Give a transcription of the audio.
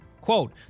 Quote